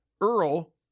earl